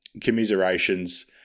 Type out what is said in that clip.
Commiserations